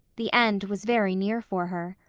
the end was very near for her.